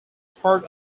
part